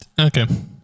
Okay